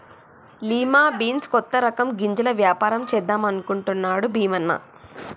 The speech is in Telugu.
లిమా బీన్స్ కొత్త రకం గింజల వ్యాపారం చేద్దాం అనుకుంటున్నాడు భీమన్న